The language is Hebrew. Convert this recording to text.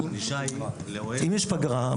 אם יש פגרה,